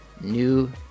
New